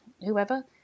whoever